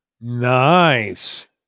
Nice